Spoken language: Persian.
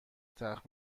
تخت